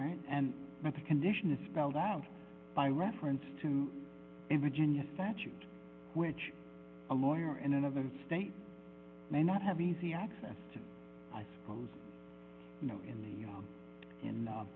and that the condition is spelled out by reference to in virginia statute which a lawyer in another state may not have easy access to i suppose you know in the